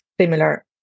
similar